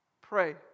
Pray